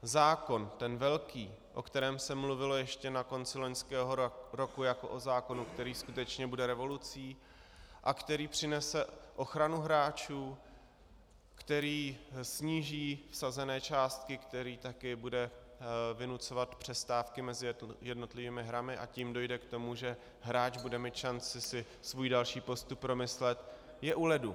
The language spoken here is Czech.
Zákon, ten velký, o kterém se mluvilo ještě na konci loňského roku jako o zákonu, který skutečně bude revolucí a který přinese ochranu hráčů, který sníží vsazené částky, který také bude vynucovat přestávky mezi jednotlivými hrami, a tím dojde k tomu, že hráč bude mít šanci si svůj další postup promyslet, je u ledu.